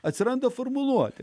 atsiranda formuluoti